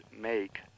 make